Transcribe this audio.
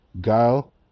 Guile